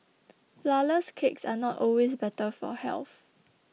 Flourless Cakes are not always better for health